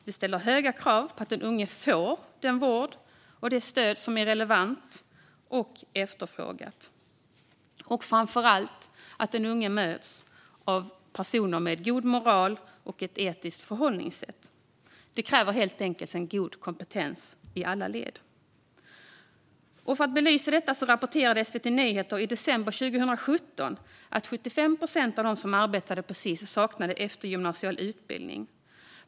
Det ställer höga krav på att de unga får den vård och det stöd som är relevant och efterfrågat och framför allt på att de möts av personer med god moral och ett etiskt förhållningssätt. Det kräver helt enkelt god kompetens i alla led. För att belysa detta rapporterade SVT Nyheter i december 2017 att 75 procent av dem som arbetade på Sis-hem saknade eftergymnasial utbildning.